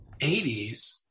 80s